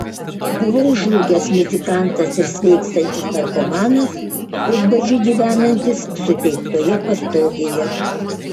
buvau žlugęs muzikantas ir sveikstantis narkomanas pusbadžiu gyvenantis suteiktoje pastogėje